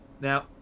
now